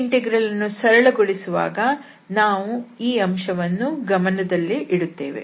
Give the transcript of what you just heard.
ಈ ಇಂಟೆಗ್ರಲ್ ಅನ್ನು ಸರಳಗೊಳಿಸುವಾಗ ನಾವು ಈ ಅಂಶವನ್ನು ಗಮನದಲ್ಲಿ ಇಡುತ್ತೇವೆ